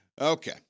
Okay